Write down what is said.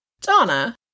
Donna